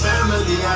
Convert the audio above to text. Family